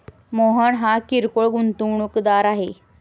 मोहन हा किरकोळ गुंतवणूकदार आहे